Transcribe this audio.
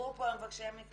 דיברו פה על מבקשי המקלט,